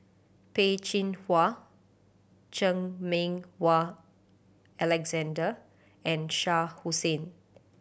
Peh Chin Hua Chan Meng Wah Alexander and Shah Hussain